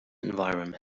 environment